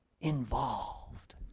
involved